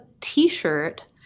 t-shirt